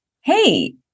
hey